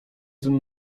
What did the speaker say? ten